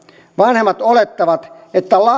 vanhemmat olettavat että